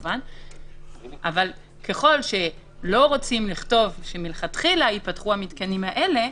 אבל ככל שלא רוצים לכתוב שמלכתחילה ייפתחו המתקנים האלה,